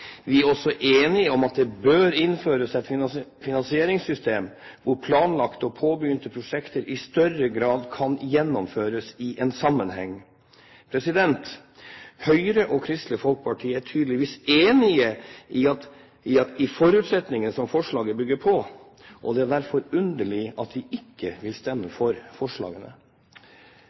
Vi er også enige om at det bør innføres et finansieringssystem hvor planlagte og påbegynte prosjekter i større grad kan gjennomføres i en sammenheng. Høyre og Kristelig Folkeparti er tydeligvis enig i de forutsetningene som forslagene bygger på, og det er derfor underlig at de ikke vil stemme for forslagene.